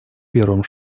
первым